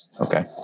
Okay